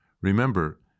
Remember